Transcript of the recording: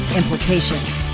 implications